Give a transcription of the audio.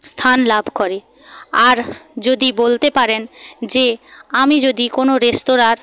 স্থানলাভ করে আর যদি বলতে পারেন যে আমি যদি কোন রেস্তোরাঁর